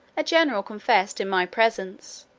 a general confessed, in my presence,